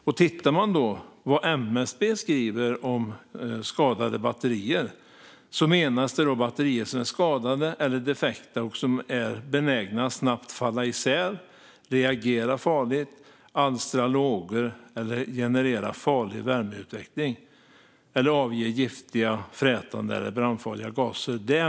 MSB skriver följande om skadade batterier: "Med allvarligt skadade batterier menas batterier som är skadade eller defekta och som är benägna att snabbt falla isär, reagera farligt, alstra lågor eller generera farlig värmeutveckling eller avge giftiga, frätande eller brandfarliga gaser."